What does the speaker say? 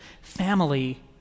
family